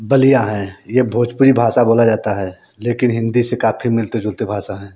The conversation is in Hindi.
बलिया है यह भोजपुरी भाषा बोला जाता है लेकिन हिंदी से काफ़ी मिलते जुलते भाषा है